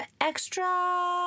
extra